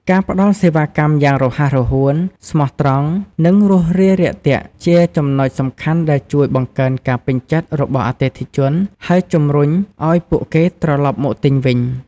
ការផ្ដល់សេវាកម្មយ៉ាងរហ័សរហួន ស្មោះត្រង់ និងរួសរាយរាក់ទាក់ ជាចំណុចសំខាន់ដែលជួយបង្កើនការពេញចិត្តរបស់អតិថិជន ហើយជម្រុញឲ្យពួកគេត្រឡប់មកទិញវិញ។